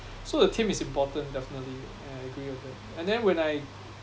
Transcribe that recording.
so the team is important definitely I agree with that and then when I